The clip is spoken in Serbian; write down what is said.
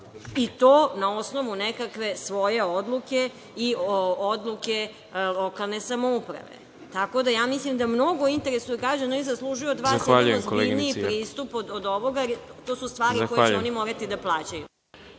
i to na osnovu nekakve svoje odluke i odluke lokalne samouprave? Ja mislim da to mnogo interesuje građane, jer oni zaslužuju od vas jedan ozbiljniji pristup od ovoga, jer su to stvari koje će oni morati da plaćaju.